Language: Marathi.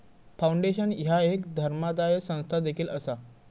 फाउंडेशन ह्या एक धर्मादाय संस्था देखील असा